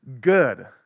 good